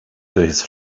his